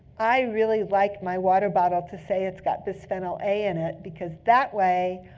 i really like my water bottle to say it's got bisphenol a in it. because that way,